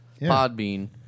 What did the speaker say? Podbean